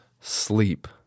sleep